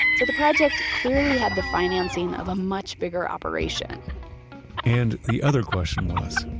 so the project clearly had the financing of a much bigger operation and the other question was,